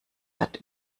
hat